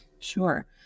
Sure